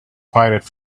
pirate